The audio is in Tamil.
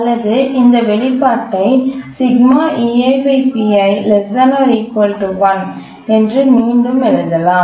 அல்லது இந்த வெளிப்பாட்டை என்று மீண்டும் எழுதலாம்